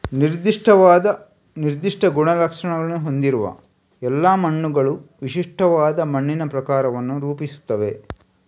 ನಿರ್ದಿಷ್ಟವಾದ ನಿರ್ದಿಷ್ಟ ಗುಣಲಕ್ಷಣಗಳನ್ನು ಹೊಂದಿರುವ ಎಲ್ಲಾ ಮಣ್ಣುಗಳು ವಿಶಿಷ್ಟವಾದ ಮಣ್ಣಿನ ಪ್ರಕಾರವನ್ನು ರೂಪಿಸುತ್ತವೆ